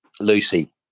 Lucy